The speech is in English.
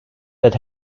that